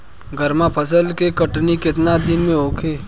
गर्मा फसल के कटनी केतना दिन में होखे?